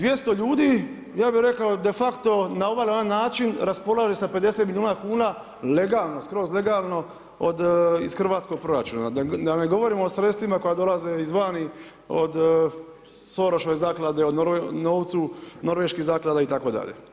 200 ljudi ja bih rekao de facto na ovaj ili onaj način raspolaže sa 50 milijuna kuna legalno, skroz legalno iz hrvatskog proračuna, da ne govorim o sredstvima koja dolaze izvani od Soroševe zaklade, o novcu norveških zaklada itd.